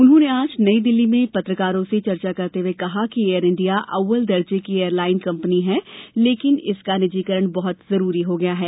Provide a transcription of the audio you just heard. उन्होंने आज नई दिल्ली में पत्रकारों से चर्चा करते हुए कहा कि एयर इंडिया अव्वल दर्जे की एयर लाइन कंपनी है लेकिन इसका निजीकरण बहुत जरूरी हो गया है